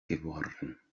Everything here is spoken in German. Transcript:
geworden